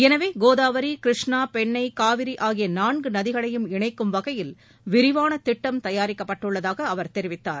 எனவே கோதாவரி கிருஷ்ணா பெண்ணை காவிரி ஆகிய நான்கு நதிகளையும் இணைக்கும் வகையில் விரிவான திட்டம் தயாரிக்கப்பட்டுள்ளதாக அவர் தெரிவித்தார்